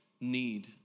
need